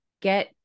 get